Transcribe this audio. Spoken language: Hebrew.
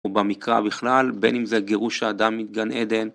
או במקרא בכלל, בין אם זה גירוש האדם מגן עדן.